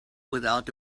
without